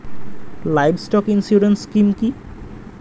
Livestock insurance scheme কি?